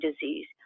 disease